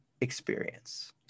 experience